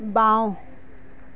বাওঁ